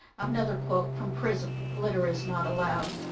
another quote from prison glitter is not allowed.